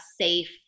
safe